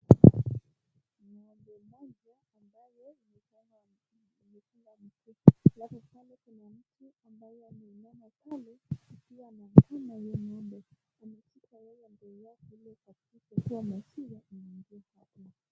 Mwanamke mmoja ambaye amevaa koti la rangi nyeusi akiwa na mkoba yenye rangi nyeupe. Ameshika yale mabegi ya kule katikati akiwa amesimama juu ya gari.